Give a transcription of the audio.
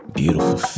beautiful